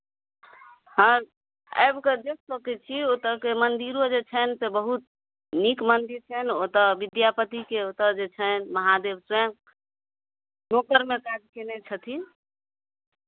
हँ आबि कऽ देख सकै छी ओतयके मन्दिरो जे छनि से बहुत नीक मन्दिर छनि ओतय विद्यापतिके ओतय जे छनि महादेव स्वयं नोकरमे काज कयने छथिन